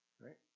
Right